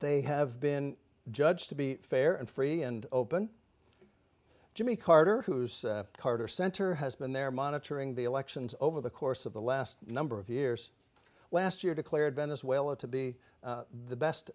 they have been judged to be fair and free and open jimmy carter who's carter center has been there monitoring the elections over the course of the last number of years last year declared venezuela to be the best